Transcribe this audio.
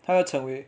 他要成为